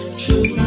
true